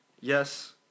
Yes